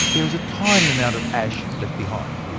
there is a tiny amount of ash left behind.